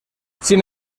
sin